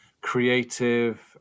creative